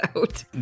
out